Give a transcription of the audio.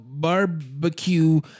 barbecue